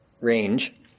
range